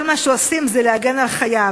וכל מה שעושים זה להגן על חייו.